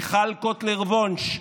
מיכל קוטלר וונש,